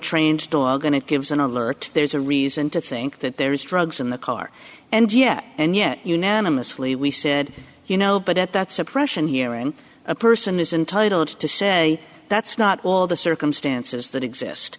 trained dog and it gives an alert there's a reason to think that there is drugs in the car and yet and yet unanimously we said you know but at that suppression hearing a person is entitled to say that's not all the circumstances that exist